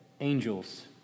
angels